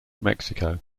mexico